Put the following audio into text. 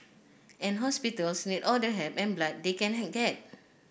and hospitals need all the help and blood they can have get